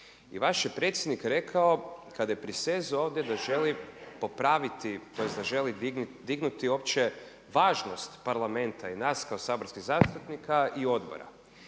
i vaš je predsjednik rekao kada je prisezao ovdje da želi popraviti, tj. da želi dignuti uopće važnost parlamenta i nas kao saborskih zastupnika i odbora.